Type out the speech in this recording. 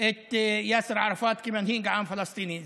את יאסר ערפאת כמנהיג העם הפלסטיני.